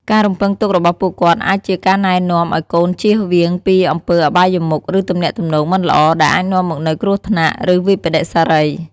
ការរំពឹងទុករបស់ពួកគាត់អាចជាការណែនាំឲ្យកូនចៀសវាងពីអំពើអបាយមុខ ឬទំនាក់ទំនងមិនល្អ ដែលអាចនាំមកនូវគ្រោះថ្នាក់ ឬវិប្បដិសារី។